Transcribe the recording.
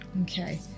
okay